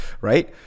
right